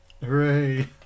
Hooray